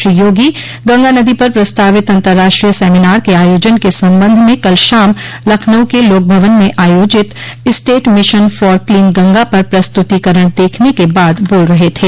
श्री योगी गंगा नदी पर प्रस्तावित अंतर्राष्ट्रीय सेमिनार के आयोजन के संबंध में कल शाम लखनऊ के लोकभवन में आयोजित state mission for clean Ganga पर प्रस्तुतिकरण देखने के बाद बोल रहे थे